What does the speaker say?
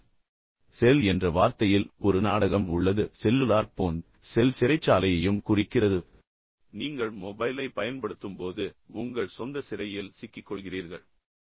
எனவே செல் என்ற வார்த்தையில் ஒரு நாடகம் உள்ளது எனவே செல்லுலார் போன் அதே நேரத்தில் செல் சிறைச்சாலையையும் குறிக்கிறது நீங்கள் மொபைல் ஃபோனைப் பயன்படுத்தும்போது உங்கள் சொந்த சிறையில் சிக்கிக் கொள்கிறீர்கள் என்று பொருள்